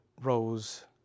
rose